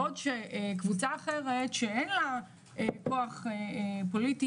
זאת בעוד שקבוצה אחרת שאין לה כוח פוליטי